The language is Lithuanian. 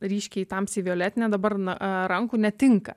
ryškiai tamsiai violetinė dabar na rankų netinka